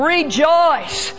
rejoice